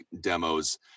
demos